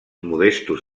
modestos